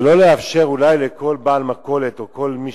ולא לאפשר אולי לכל בעל מכולת או כל מי